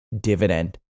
dividend